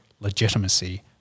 legitimacy